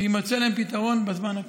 שיימצא להן פתרון בזמן הקרוב.